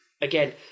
again